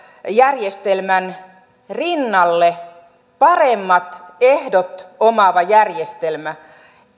järjestelmän rinnalle paremmat ehdot omaava järjestelmä